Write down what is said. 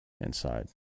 inside